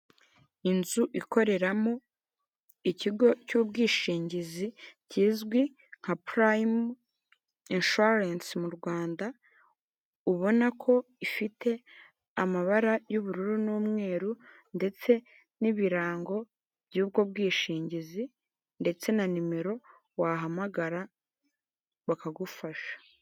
Inzu ikoreramo ikigo cy'ubwishingizi kizwi nka purayimu inshuwarensi mu Rwanda, ubona ko ifite amabara y'ubururu n'umweru ndetse n'ibirango by'ubwo bwishingizi, ndetse na nimero wahamagara bakagufasha.